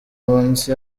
munsi